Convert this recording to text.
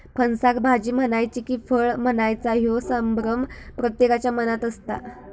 फणसाक भाजी म्हणायची कि फळ म्हणायचा ह्यो संभ्रम प्रत्येकाच्या मनात असता